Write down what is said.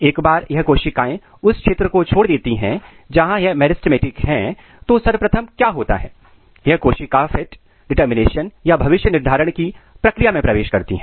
एक बार यह कोशिकाएं उस क्षेत्र को छोड़ देती हैं जहां यह मेरिस्टेमेटिक है तो सर्वप्रथम क्या होता है यह कोशिका फेट डिटरमिनेशन भविष्य निर्धारण की प्रक्रिया में प्रवेश करती है